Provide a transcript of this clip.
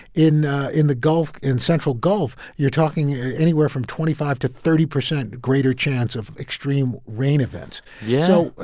in ah in the gulf in central gulf, you're talking anywhere from twenty five to thirty percent greater chance of extreme rain events yeah so,